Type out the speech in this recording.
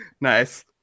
Nice